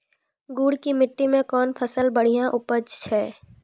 गुड़ की मिट्टी मैं कौन फसल बढ़िया उपज छ?